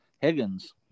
Higgins